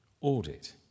audit